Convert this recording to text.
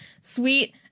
sweet